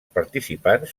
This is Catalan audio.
participants